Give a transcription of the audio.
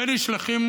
הם נשלחים